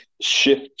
shift